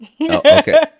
Okay